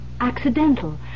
accidental